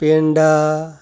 peda